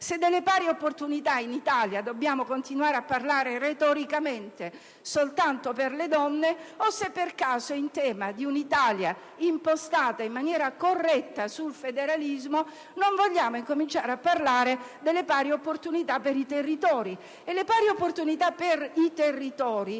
se delle pari opportunità in Italia dobbiamo continuare a parlare, retoricamente, soltanto per le donne, o se per caso, in tema di un'Italia impostata in maniera corretta sul federalismo, non vogliamo cominciare a parlare delle pari opportunità per i territori: e le pari opportunità per i territori